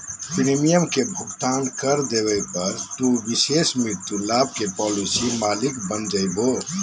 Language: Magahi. प्रीमियम के भुगतान कर देवे पर, तू विशेष मृत्यु लाभ के पॉलिसी मालिक बन जैभो